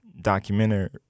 documentary